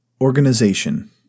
Organization